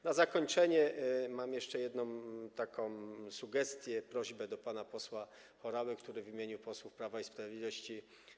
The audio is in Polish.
Na zakończenie mam jeszcze jedną taką sugestię, prośbę do pana posła Horały, który występował w imieniu posłów Prawa i Sprawiedliwości.